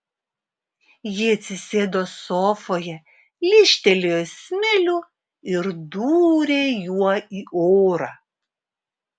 ji atsisėdo sofoje lyžtelėjo smilių ir dūrė juo į orą